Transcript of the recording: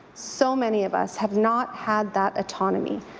so many of us have not had that autonomy.